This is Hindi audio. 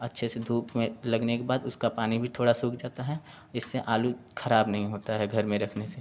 अच्छे से धूप में लगाने के बाद उसका पानी भी थोड़ा सूख जाता है इससे आलू खराब नहीं होता है घर में रखने से